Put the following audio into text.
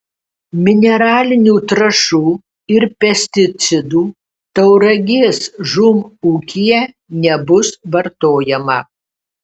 mineralinių trąšų ir pesticidų tauragės žūm ūkyje nebus vartojama